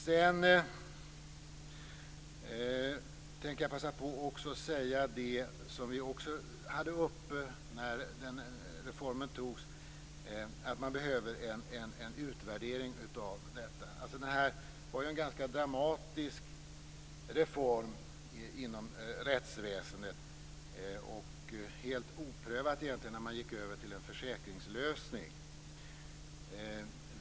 Jag tänker också passa på att säga något om en annan fråga som vi tog upp när reformen antogs, dvs. om att man behöver en utvärdering. Det här var ju en ganska dramatisk reform inom rättsväsendet, och det var egentligen helt oprövat när man gick över till en försäkringslösning.